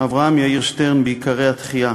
אברהם יאיר שטרן ב"עיקרי התחיה":